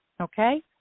okay